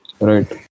Right